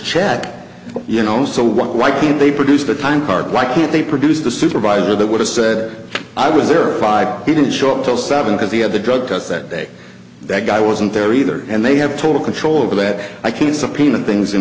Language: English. checked you know so why can't they produce the time card why can't they produce the supervisor that would have said i was there five he didn't show up till seven because he had the drug test that day that guy wasn't there either and they have total control over that i can't subpoena things in